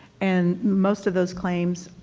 and most of those claims,